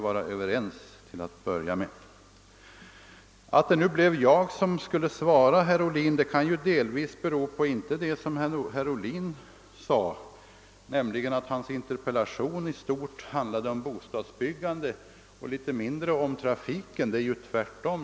Att det blev jag som fick svara herr Ohlin beror emellertid på att det inte, såsom herr Ohlin gjorde gällande, var så att hans interpellation i stort handlade om bostadsbyggandet och endast i mindre utsträckning om trafiken. Förhållandet är ju det omvända.